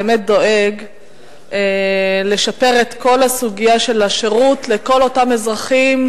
באמת דואג לשפר את כל הסוגיה של השירות לכל אותם אזרחים,